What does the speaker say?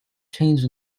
changed